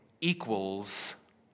equals